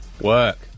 work